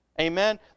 Amen